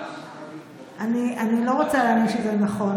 אני לא רוצה להאמין שזה נכון,